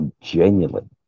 genuinely